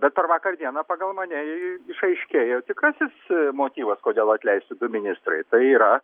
bet per vakar dieną pagal mane išaiškėjo tikrasis motyvas kodėl atleisti du ministrai tai yra